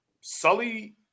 Sully